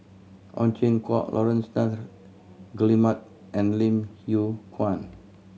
Ow Chin Hock Laurence Nunn Guillemard and Lim Yew Kuan